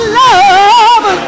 love